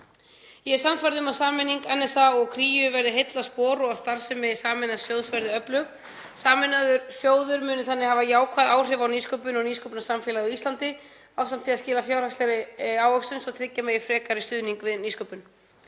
Ég er sannfærð um að sameining NSA og Kríu verði heillaspor og að starfsemi sameinaðs sjóðs verði öflug, sameinaður sjóður muni þannig hafa jákvæð áhrif á nýsköpun og nýsköpunarsamfélag á Íslandi ásamt því að skila fjárhagslegri ávöxtun svo tryggja megi frekari stuðning við nýsköpun.